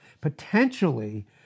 Potentially